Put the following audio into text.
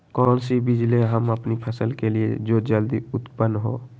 कौन सी बीज ले हम अपनी फसल के लिए जो जल्दी उत्पन हो?